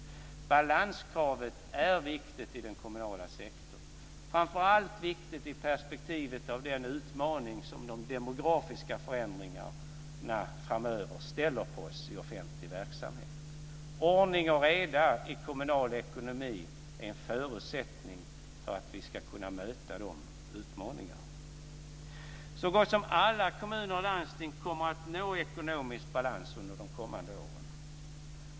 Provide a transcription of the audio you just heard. Balanskravet är viktigt i den kommunala sektorn. Framför allt är det viktigt i perspektivet av den utmaning som de demografiska förändringarna framöver ställer på offentlig verksamhet. Ordning och reda i kommunal ekonomi är en förutsättning för att vi ska kunna möta den utmaningen. Så gott som alla kommuner och landsting kommer att nå ekonomisk balans under de kommande åren.